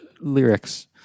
lyrics